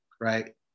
right